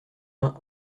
vingt